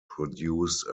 produced